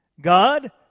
God